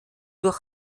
durch